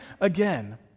again